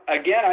again